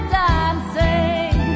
dancing